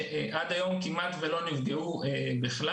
שעד היום לא נפגעו כמעט בכלל.